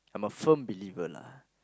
I'm a firm believer lah